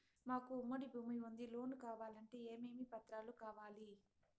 మాకు ఉమ్మడి భూమి ఉంది లోను కావాలంటే ఏమేమి పత్రాలు కావాలి?